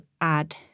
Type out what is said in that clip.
add